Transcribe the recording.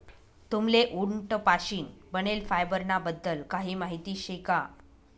तुम्हले उंट पाशीन बनेल फायबर ना बद्दल काही माहिती शे का?